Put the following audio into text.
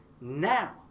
now